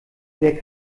wer